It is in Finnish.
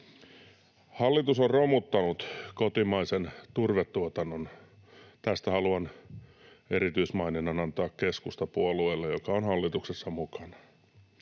Hallitus on romuttanut kotimaisen turvetuotannon — tästä haluan erityismaininnan antaa keskustapuolueelle, joka on hallituksessa mukana.